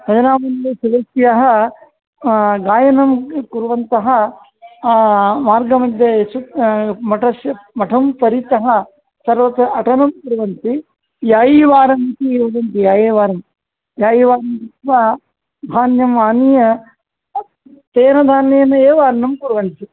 भजनामण्डलस्य सदस्याः गायनं कुर्वन्तः मार्गमध्ये मठस्य मठं परितः सर्वत्र अटनं कुर्वन्ति यायवारम् इति यजन्ति यायवारं यायवारं कृत्वा धान्यं आनीय तेन धान्येन एव अन्नं कुर्वन्ति